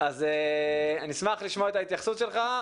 אז נשמח לשמוע את ההתייחסות שלך,